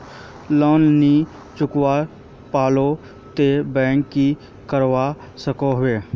Loan नी चुकवा पालो ते बैंक की करवा सकोहो?